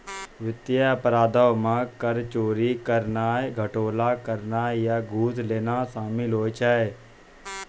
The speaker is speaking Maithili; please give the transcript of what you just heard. वित्तीय अपराधो मे कर चोरी करनाय, घोटाला करनाय या घूस लेनाय शामिल होय छै